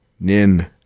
Nin